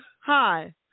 Hi